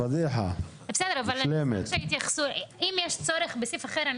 אם יש צורך בסעיף אחר,